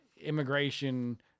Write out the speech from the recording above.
immigration